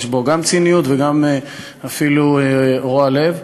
יש בו גם ציניות ואפילו רוע לב.